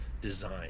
design